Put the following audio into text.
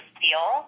feel